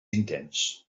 intens